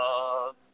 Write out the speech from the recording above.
love